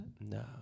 No